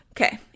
okay